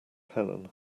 helen